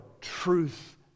truth